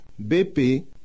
BP